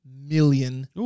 million